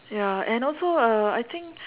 ya and also uh I think